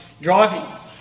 driving